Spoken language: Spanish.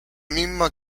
misma